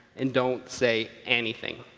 and don't say anything.